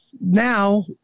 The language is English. now